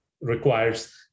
requires